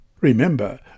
Remember